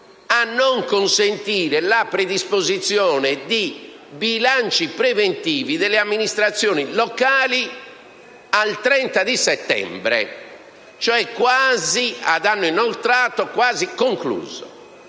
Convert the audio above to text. a non consentire l'approvazione dei bilanci preventivi delle amministrazioni locali il 30 settembre, cioè ad anno inoltrato, anzi quasi concluso.